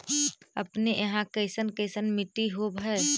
अपने यहाँ कैसन कैसन मिट्टी होब है?